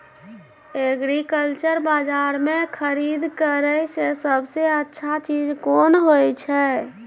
Agriculture बाजार में खरीद करे से सबसे अच्छा चीज कोन होय छै?